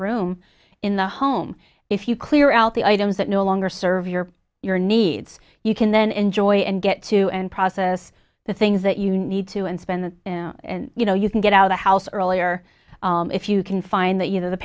room in the home if you clear out the items that no longer serve your your needs you can then enjoy and get to and process the things that you need to and spend and you know you can get out the house earlier if you can find th